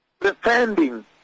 defending